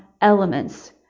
elements